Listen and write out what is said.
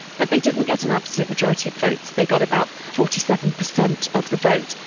but they didn't get an absolute majority of votes, they got about forty seven percent of the vote.